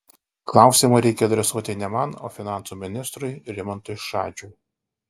klausimą reikia adresuoti ne man o finansų ministrui rimantui šadžiui